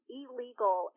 illegal